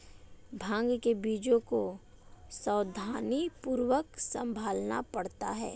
भांग के बीजों को सावधानीपूर्वक संभालना पड़ता है